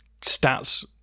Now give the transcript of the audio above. stats